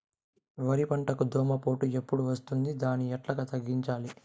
వరి పంటకు దోమపోటు ఎప్పుడు వస్తుంది దాన్ని ఎట్లా తగ్గించాలి?